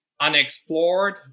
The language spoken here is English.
unexplored